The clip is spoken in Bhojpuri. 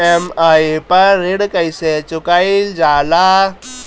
ई.एम.आई पर ऋण कईसे चुकाईल जाला?